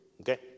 Okay